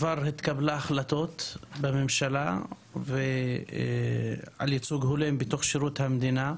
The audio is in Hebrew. כבר התקבלו החלטות בממשלה על ייצוג הולם בתוך שירות המדינה,